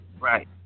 Right